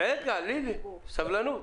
סבלנות,